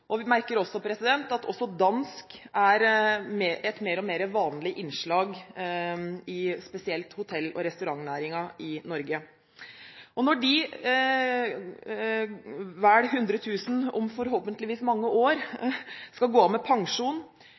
og vi merker at også dansk er et stadig vanligere innslag, spesielt i hotell- og restaurantnæringen i Norge. Når disse vel 100 000 om forhåpentligvis mange år skal gå av med pensjon